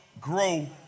Grow